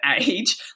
age